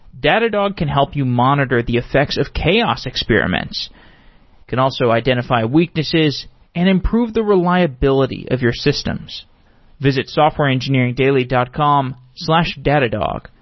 datadog can help you monitor the effects of chaos experiments. you can also identify weaknesses and improve the reliability of your systems visit softwareengineeringdaily dot com slash datadog.